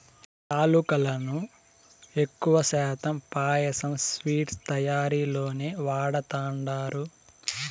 యాలుకలను ఎక్కువ శాతం పాయసం, స్వీట్స్ తయారీలోనే వాడతండారు